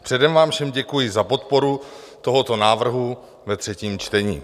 Předem vám všem děkuji za podporu tohoto návrhu ve třetím čtení.